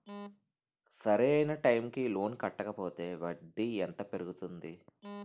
సరి అయినా టైం కి లోన్ కట్టకపోతే వడ్డీ ఎంత పెరుగుతుంది?